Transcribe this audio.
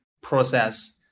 process